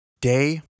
Day